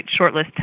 shortlist